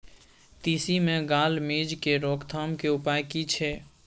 तिसी मे गाल मिज़ के रोकथाम के उपाय की छै?